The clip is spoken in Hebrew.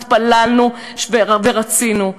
התפללנו ורצינו.